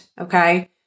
Okay